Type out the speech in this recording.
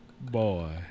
Boy